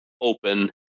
open